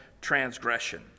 transgression